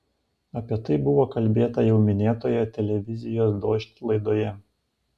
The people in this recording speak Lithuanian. apie tai buvo kalbėta jau minėtoje televizijos dožd laidoje